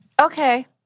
Okay